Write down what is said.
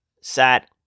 sat